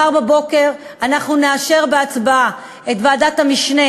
מחר בבוקר אנחנו נאשר בהצבעה את ועדת המשנה